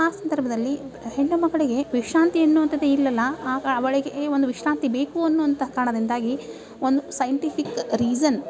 ಆ ಸಂದರ್ಭದಲ್ಲಿ ಹೆಣ್ಣು ಮಕ್ಕಳಿಗೆ ವಿಶ್ರಾಂತಿ ಎನ್ನುವಂಥದ್ ಇಲ್ಲಲ್ಲ ಆಗ ಅವಳಿಗೆ ಒಂದು ವಿಶ್ರಾಂತಿ ಬೇಕು ಅನ್ನುವಂಥ ಕಾರಣದಿಂದಾಗಿ ಒನ್ ಸೈಂಟಿಫಿಕ್ ರೀಸನ್